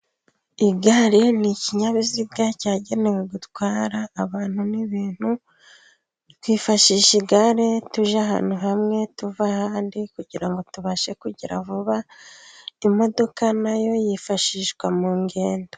Igare ni ikinyabiziga cyagenewe gutwara abantu n'ibintu, twifashisha igare tujya ahantu hamwe tuva ahandi, kugira ngo tubashe kugira vuba, imodoka nayo yifashishwa mu ngendo.